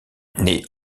née